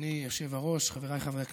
אדוני היושב-ראש, חבריי חברי הכנסת,